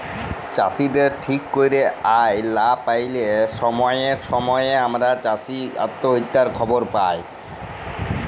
চাষীদের ঠিক ক্যইরে আয় লা প্যাইলে ছময়ে ছময়ে আমরা চাষী অত্যহত্যার খবর পায়